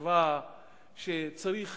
חשבו שצריך